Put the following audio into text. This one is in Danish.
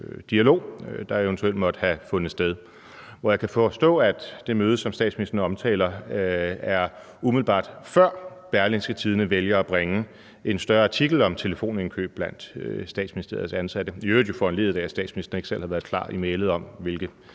der eventuelt måtte have fundet sted. Jeg kan forstå, at det møde, som statsministeren omtaler, er, umiddelbart før Berlingske vælger at bringe en større artikel om telefonindkøb blandt Statsministeriets ansatte, jo i øvrigt foranlediget af, at statsministeren ikke selv har været klar i mælet om, hvilke